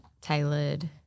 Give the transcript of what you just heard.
tailored